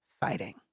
fighting